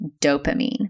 dopamine